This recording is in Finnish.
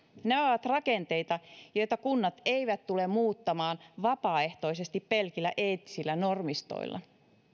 nämä ovat rakenteita joita kunnat eivät tule muuttamaan vapaaehtoisesti pelkillä eettisillä normistoilla